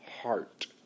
heart